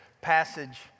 passage